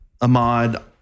Ahmad